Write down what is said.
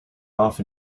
off